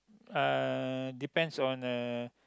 uh depends on uh